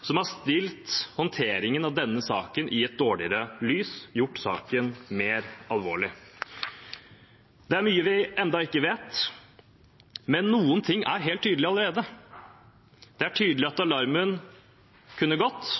som har stilt håndteringen av denne saken i et dårligere lys, gjort saken mer alvorlig. Det er mye vi ennå ikke vet, men noen ting er helt tydelig allerede. Det er tydelig at alarmen kunne gått,